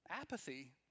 apathy